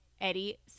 Eddie